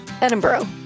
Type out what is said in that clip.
Edinburgh